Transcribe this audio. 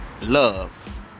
love